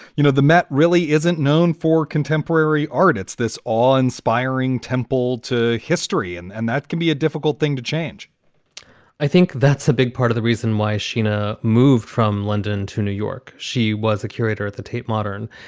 you know, the map really isn't known for contemporary art. it's this all inspiring temple to history. and and that can be a difficult thing to change i think that's a big part of the reason why shiina moved from london to new york. she was a curator at the tate modern.